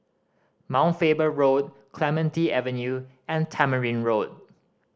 Mount Faber Road Clementi Avenue and Tamarind Road